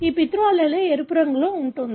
ఈ పితృ allele ఎరుపు రంగులో ఉంటుంది